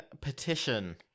petition